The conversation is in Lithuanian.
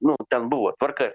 nu ten buvo tvarka